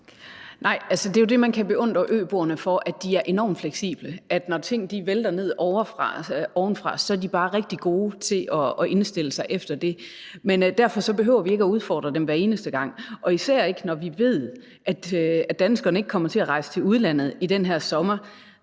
Nej, det er jo det, man kan beundre øboerne for, altså at de er enormt fleksible, at de, når ting vælter ned ovenfra, bare er rigtig gode til at indstille sig efter det. Men derfor behøver vi ikke at udfordre dem hver eneste gang og især ikke, når vi ved, at danskerne ikke kommer til at rejse til udlandet i den her sommer.